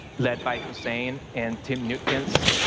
led by hussein and tim neutkens,